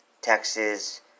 Texas